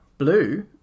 Blue